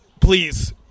Please